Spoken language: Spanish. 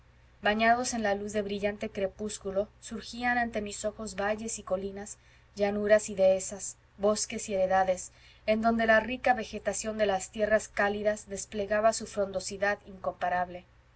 bañados en la luz de brillante crepúsculo surgían ante mis ojos valles y colinas llanuras y dehesas bosques y heredades en donde la rica vegetación de las tierras cálidas desplegaba su frondosidad incomparable